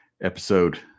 Episode